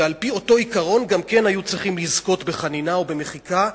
ועל-פי אותו עיקרון גם כן היו צריכים לזכות בחנינה או במחיקה,